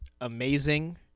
amazing